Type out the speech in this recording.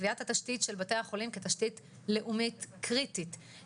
קביעת התשתית של בתי החולים כתשתית לאומית קריטית,